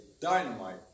Dynamite